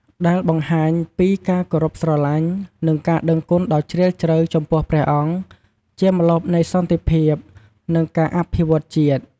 ដែលបង្ហាញពីការគោរពស្រឡាញ់ និងការដឹងគុណដ៏ជ្រាលជ្រៅចំពោះព្រះអង្គជាម្លប់នៃសន្តិភាព និងការអភិវឌ្ឍន៍ជាតិ។